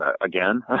again